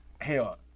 hell –